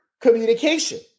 Communication